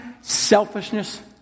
selfishness